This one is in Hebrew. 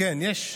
כן, יש.